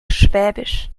schwäbisch